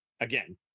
again